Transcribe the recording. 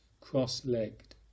cross-legged